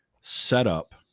setup